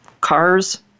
cars